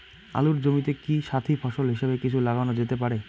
আলুর জমিতে কি সাথি ফসল হিসাবে কিছু লাগানো যেতে পারে?